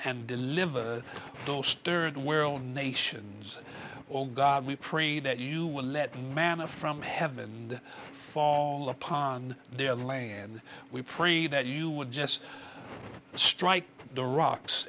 and deliver those third world nations or god we pray that you will let manna from heaven and fall upon their land we pray that you would just strike the rocks